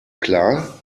klar